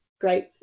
great